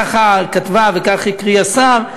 כך היא כתבה וכך הקריא השר,